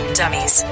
dummies